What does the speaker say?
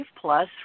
plus